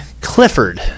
Clifford